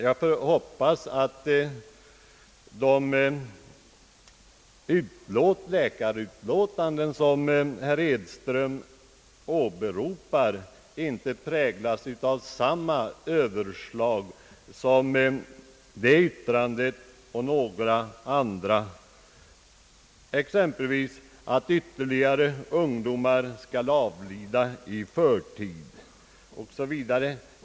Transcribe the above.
Jag hoppas att de läkarutlåtanden herr Edström åberopar inte präglas av liknande överdrifter som de vilka karakteriserade detta yttrande och även några andra, exempelvis att ytterligare ungdomar skulle komma att avlida i förtid.